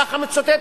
ככה היא מצוטטת,